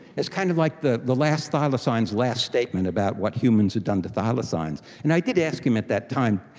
it's kind of like the the last thylacine's last statement about what humans have done to thylacines. and i did ask him at that time,